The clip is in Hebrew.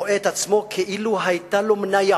רואה את עצמו כאילו היתה לו מניה